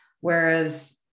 Whereas